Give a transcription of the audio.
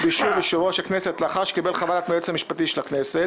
באישור יושב-ראש הכנסת לאחר שקיבל חוות דעת מהיועץ המשפטי של הכנסת,